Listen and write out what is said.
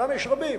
שם יש שלבים.